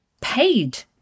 paid